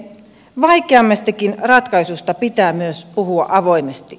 vaikeammistakin ratkaisuista pitää myös puhua avoimesti